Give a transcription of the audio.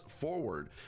forward